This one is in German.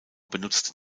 benutzte